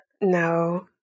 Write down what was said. no